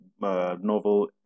novel